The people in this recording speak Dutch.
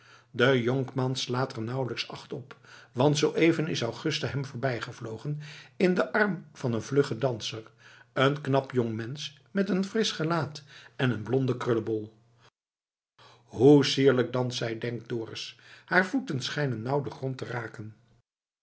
de jonkman slaat er nauwelijks acht op want zoo even is augusta hem voorbijgevlogen in den arm van een vluggen danser een knap jongmensch met een frisch gelaat en een blonden krullebol hoe sierlijk danst zij denkt dorus haar voeten schijnen nauw den grond te raken